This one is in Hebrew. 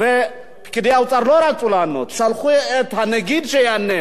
פקידי האוצר לא רצו לענות, שלחו את הנגיד שיענה.